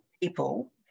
people